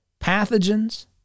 pathogens